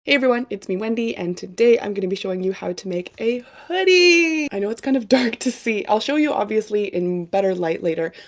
everyone. it's me, wendy and today i'm gonna be showing you how to make a hoodie i know it's kind of dark to see i'll show you obviously in better light later,